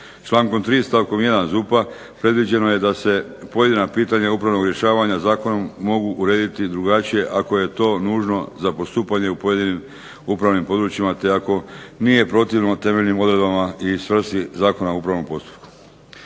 Člankom 3. stavkom 1. ZUP-a predviđeno je da se pojedina pitanja upravnog rješavanja zakonom mogu urediti drugačije ako je to nužno za postupanje u pojedinim upravnim područjima te ako nije protivno temeljnim odredbama i svrsi Zakona o upravnom postupku.